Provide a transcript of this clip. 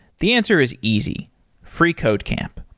the answer is easy freecodecamp.